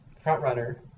front-runner